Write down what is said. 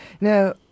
Now